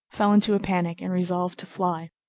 fell into a panic and resolved to fly.